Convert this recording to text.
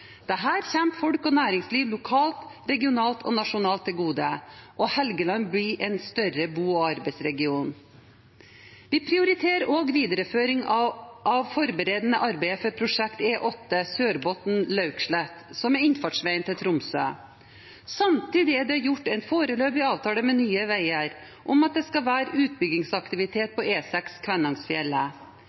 folk og næringsliv lokalt, regionalt og nasjonalt til gode, og Helgeland blir en større bo- og arbeidsregion. Vi prioriterer også videreføring av forberedende arbeid for prosjektet E8 Sørbotn–Laukslett, som er innfartsveien til Tromsø. Samtidig er det gjort en foreløpig avtale med Nye Veier om at det skal være utbyggingsaktivitet på